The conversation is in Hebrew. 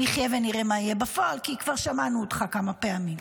נחיה ונראה מה יהיה בפועל כי כבר שמענו אותך כמה פעמים.